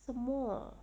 什么